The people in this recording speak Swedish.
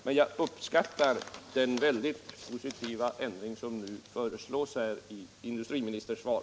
— men jag uppskattar den väldigt positiva ändring i den som nu föreslås här i industriministerns svar.